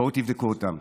בואו תבדקו אותם.